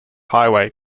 highway